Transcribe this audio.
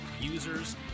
users